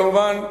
כמובן,